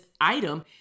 item